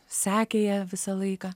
sekė ją visą laiką